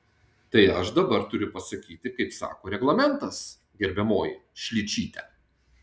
tai aš dabar turiu pasakyti kaip sako reglamentas gerbiamoji šličyte